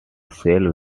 cells